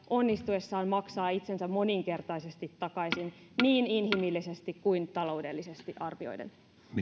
onnistuessaan maksaa itsensä moninkertaisesti takaisin niin inhimillisesti kuin taloudellisesti arvioiden